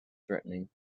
threatening